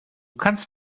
kannst